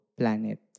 planet